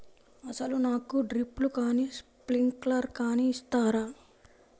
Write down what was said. అసలు నాకు డ్రిప్లు కానీ స్ప్రింక్లర్ కానీ ఇస్తారా?